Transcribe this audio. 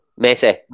Messi